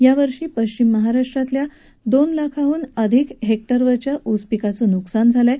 यावर्षी पश्विम महाराष्ट्रातील दोन लाखाह्न अधिक हेक्टरवरील ऊस पिकाचं नुकसान झालं आहे